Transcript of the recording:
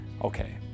okay